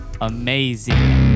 Amazing